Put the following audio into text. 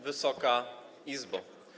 Wysoka Izbo!